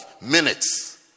minutes